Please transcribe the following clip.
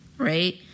Right